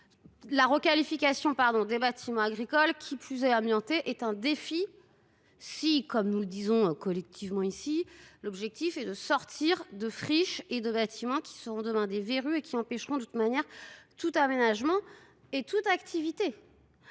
La requalification des bâtiments agricoles, lorsqu’ils sont amiantés, est un défi. Comme nous le disons collectivement ici, l’objectif est de ne plus avoir de friches et de bâtiments qui seront, demain, des verrues et qui empêcheront tout aménagement et toute activité.